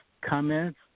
comments